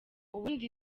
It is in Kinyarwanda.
ubundi